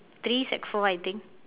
three sec four I think